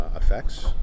effects